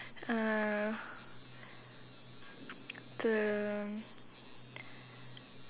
uh the